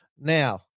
Now